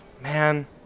man